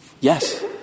Yes